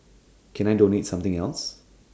can I donate something else